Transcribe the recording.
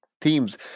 themes